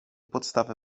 podstawę